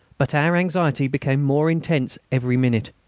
but our anxiety became more intense every minute.